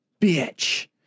bitch